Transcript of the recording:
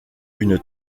une